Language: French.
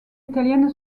italienne